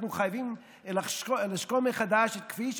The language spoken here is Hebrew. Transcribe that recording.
אנחנו חייבים לשקול מחדש את הכביש,